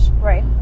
Right